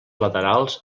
laterals